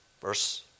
Verse